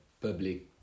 public